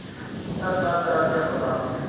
खाता क तरह के होला?